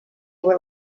were